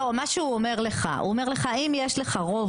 לא, מה שהוא אומר לך, הוא אומר לך אם יש לך רוב